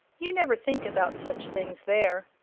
you never think about such things there.